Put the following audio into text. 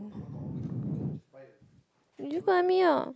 you just go with me ah